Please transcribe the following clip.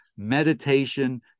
meditation